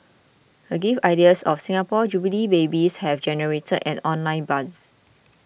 the gift ideas of Singapore Jubilee babies have generated an online buzz